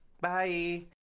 Bye